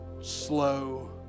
Slow